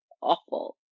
awful